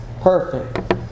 perfect